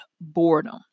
boredom